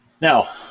Now